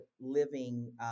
living